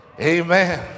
Amen